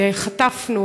וחטפנו,